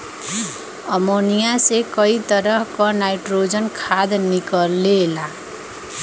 ammonia से कई तरह क नाइट्रोजन खाद निकलेला